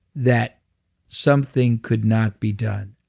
that something could not be done.